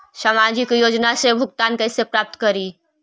सामाजिक योजना से भुगतान कैसे प्राप्त करी?